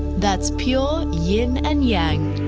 that's pure yin and yang.